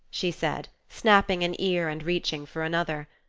she said, snapping an ear and reaching for another.